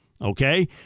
okay